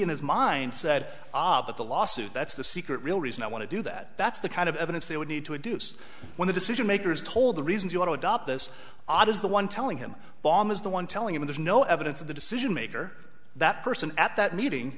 in his mind said ah but the lawsuit that's the secret real reason i want to do that that's the kind of evidence they would need to a duce when the decision makers told the reasons you want to adopt this odd is the one telling him bomb is the one telling him there's no evidence of the decision maker that person at that meeting